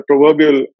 proverbial